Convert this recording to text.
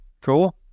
cool